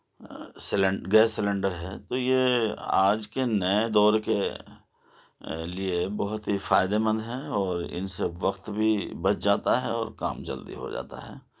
سیلن gas cylinder ہے تو یہ آج کے نئے دور کے لیے بہت ہی فائدہ مند ہے اور ان سے وقت بھی بچ جاتا ہے اور کام جلدی ہو جاتا ہے